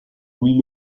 louis